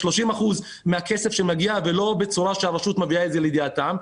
30 אחוזים מהכסף שמגיע ולא בצורה שהרשות מביאה את זה לידיעתם.